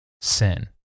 sin